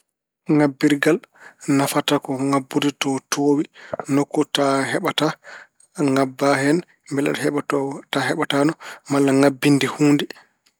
Ŋabbirgal nafata ko ŋabbude to toowi, nokku to a heɓataa ŋabba hen mbele aɗa heɓa to a a heɓataano, malla ŋabbinde huunde.